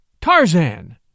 Tarzan